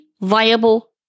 viable